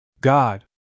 God